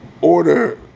order